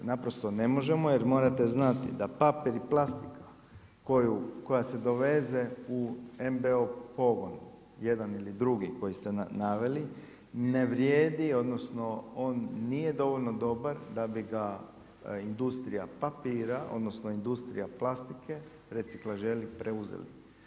Naprosto ne možemo, jer morate znati da papir i plastika koja se doveze u NB-ov pogon, jedan ili drugi koji ste naveli, ne vrijedi, odnosno, on nije dovoljno dobar, da bi ga industrija papira, odnosno, industrija plastika, reciklažeri preuzeli.